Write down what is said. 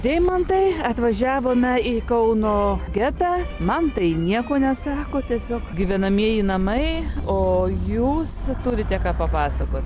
deimantai atvažiavome į kauno getą man tai nieko nesako tiesiog gyvenamieji namai o jūs turite ką papasakot